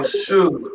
shoot